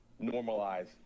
normalize